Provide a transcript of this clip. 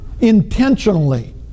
intentionally